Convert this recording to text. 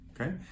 okay